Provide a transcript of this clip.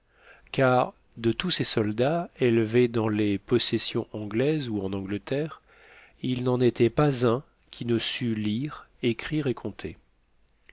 car de tous ces soldats élevés dans les possessions anglaises ou en angleterre il n'en était pas un qui ne sût lire écrire et compter